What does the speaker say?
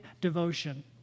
devotion